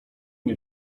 nie